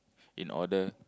in order